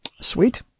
Sweet